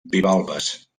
bivalves